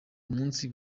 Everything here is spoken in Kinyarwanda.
umunsi